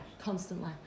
constantly